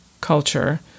culture